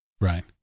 Right